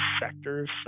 sectors